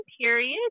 period